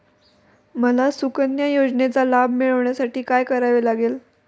मला सुकन्या योजनेचा लाभ मिळवण्यासाठी काय करावे लागेल?